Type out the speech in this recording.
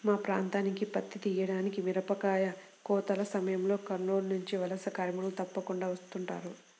మా ప్రాంతానికి పత్తి తీయడానికి, మిరపకాయ కోతల సమయంలో కర్నూలు నుంచి వలస కార్మికులు తప్పకుండా వస్తుంటారు